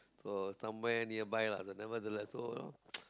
so somewhere nearby lah but nevertheless so